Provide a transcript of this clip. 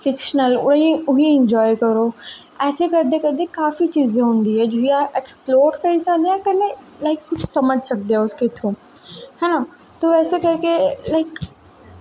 fictional उसी उसी enjoy करो ऐसा करदे करदे काफी चीज़ां होंदियां ऐ जियां ऐक्सपलोर करी सकने आं कन्नै लाईक कन्नै समझी सकदे ओ उसदे थ्रू हैना तो ऐसा करके लाईक